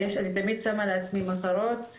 אני תמיד שמה לעצמי מטרות ריאליות,